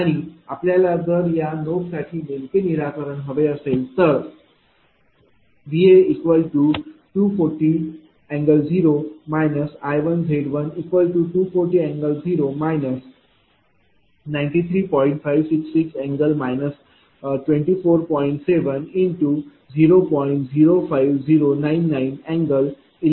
आणि आपल्याला जर या नोड साठी नेमके निराकरण हवे असेल तर VA240∠0° I1Z1240∠0° 93